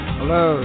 Hello